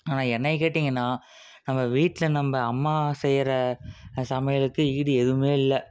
ஆனால் என்னை கேட்டீங்கன்னால் நம்ம வீட்டில் நம்ப அம்மா செய்கிற சமையலுக்கு ஈடு எதுவும் இல்லை